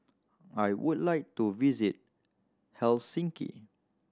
I would like to visit Helsinki